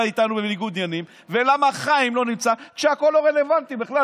איתנו בניגוד עניינים ולמה חיים לא נמצא כשהכול לא רלוונטי בכלל,